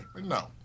no